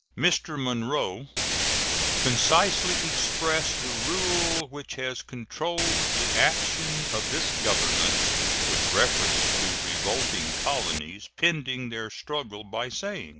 mr. monroe concisely expressed the rule which has controlled the action of this government with reference to revolting colonies pending their struggle by saying